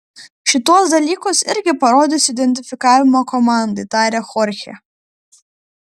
šituos dalykus irgi parodysiu identifikavimo komandai tarė chorchė